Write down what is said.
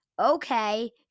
okay